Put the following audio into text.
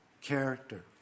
character